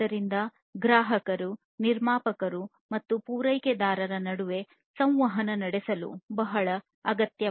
ಆದ್ದರಿಂದ ಗ್ರಾಹಕರು ನಿರ್ಮಾಪಕರು ಮತ್ತು ಪೂರೈಕೆದಾರರ ನಡುವೆ ಸಂವಹನ ನಡೆಸುವುದು ಬಹಳ ಅಗತ್ಯ